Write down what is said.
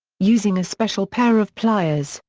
using a special pair of pliers,